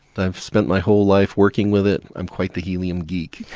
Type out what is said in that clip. i've spent my whole life working with it. i'm quite the helium geek